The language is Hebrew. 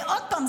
עוד פעם,